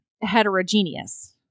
heterogeneous